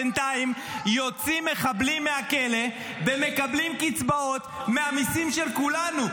בינתיים יוצאים מחבלים מהכלא ומקבלים קצבאות מהמיסים של כולנו.